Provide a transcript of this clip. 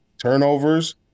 turnovers